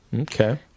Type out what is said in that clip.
Okay